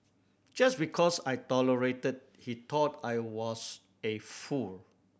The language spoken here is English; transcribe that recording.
just because I tolerated he thought I was a fool